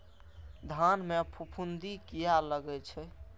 धान में फूफुंदी किया लगे छे?